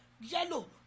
yellow